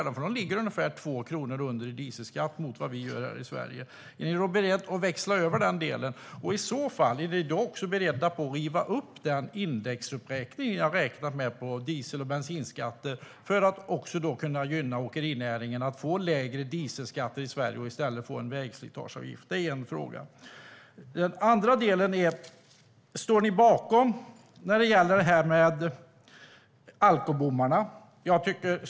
De har ungefär 2 kronor lägre dieselskatt än vad vi har här i Sverige. Är ni alltså beredda att växla över till det? Och är ni i så fall beredda att riva upp den indexuppräkning ni har räknat med på diesel och bensinskatten för att gynna åkerinäringen så att den får lägre dieselskatt i Sverige och i stället får en vägslitageavgift? En annan fråga är om ni står bakom det här med alkobommarna.